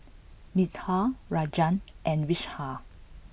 Medha Rajan and Vishal